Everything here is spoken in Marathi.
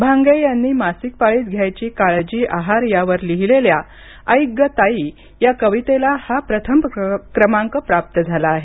भांगे यांनी मासिक पाळीत घ्यावयाची काळजी आहार यावर लिहिलेल्या ऐक गं ताई या कवितेला हा प्रथम क्रमांक प्राप्त झाला आहे